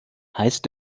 heißt